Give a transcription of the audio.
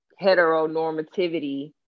heteronormativity